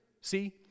see